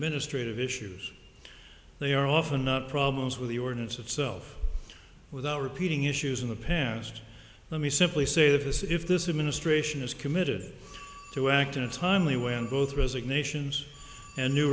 administrative issues they are often not problems with the ordinance itself without repeating issues in the past let me simply say that is if this administration is committed to act in a timely way and both resignations and new